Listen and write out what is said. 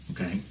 okay